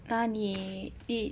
那你你